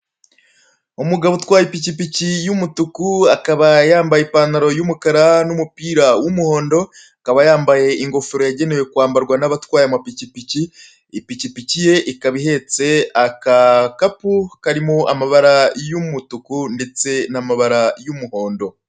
Umugabo utwara ipikipiki y'umutuku, akaba yambaye ipantaro y'umukara n'umupira w'umuhondo, akaba yambaye ingofero yagenewe kwambarwa n'abatwaye amapikipiki, ipikipiki ikaba ihetse agakapu karimo amabara y'umutuku ndetse n'amabara y'umuhondo.